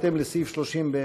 בהתאם לסעיף 31(א)